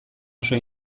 oso